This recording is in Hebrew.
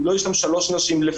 אם לא יהיו שם שלוש נשים לפחות,